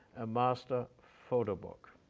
a master photo book.